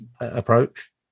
approach